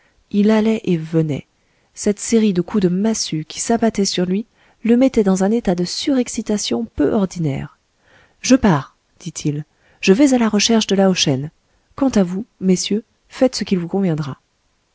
il allait et venait cette série de coups de massue qui s'abattaient sur lui le mettaient dans un état de surexcitation peu ordinaire je pars dit-il je vais à la recherche de lao shen quant à vous messieurs faites ce qu'il vous conviendra